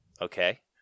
Okay